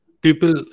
people